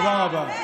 תודה רבה.